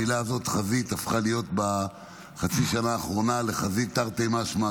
בחצי השנה האחרונה המילה "חזית" הפכה להיות לחזית תרתי משמע,